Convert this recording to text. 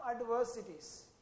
adversities